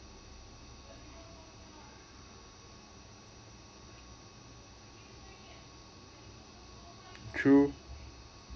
true